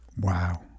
Wow